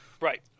Right